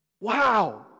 Wow